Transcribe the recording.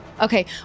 Okay